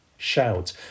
Shout